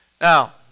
Now